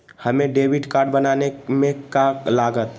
हमें debit card बनाने में का लागत?